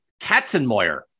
Katzenmoyer